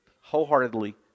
wholeheartedly